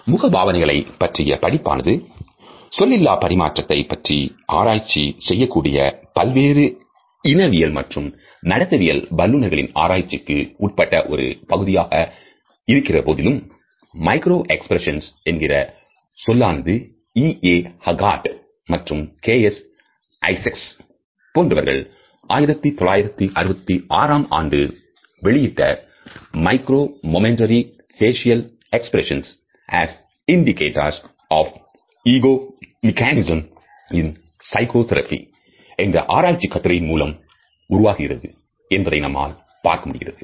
முகபாவனைகளை பற்றிய படிப்பானது சொல்லிலா பரிமாற்றத்தை பற்றி ஆராய்ச்சி செய்யக்கூடிய பல்வேறு இனவியல் மற்றும் நடத்தையியல் வல்லுனர்களின் ஆராய்ச்சிக்கு உட்பட்ட ஒரு பகுதியாக இருக்கிற போதிலும் மைக்ரோ எக்ஸ்பிரஷன் என்கின்ற சொல்லானது EA Haggart மற்றும் KS Isaacs போன்றவர்கள் 1966 ஆம் ஆண்டு வெளியிட்ட Micro Momentary Facial Expressions as Indicators of Ego Mechanisms in psychotherapy என்ற ஆராய்ச்சிக் கட்டுரையின் மூலம் உருவாகியது என்பதை நம்மால் பார்க்க முடிகிறது